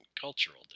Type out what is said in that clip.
cultural